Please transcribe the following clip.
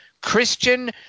Christian